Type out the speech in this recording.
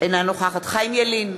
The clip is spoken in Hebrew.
אינה נוכחת חיים ילין,